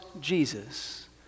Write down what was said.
Jesus